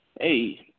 Hey